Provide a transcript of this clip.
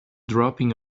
dropping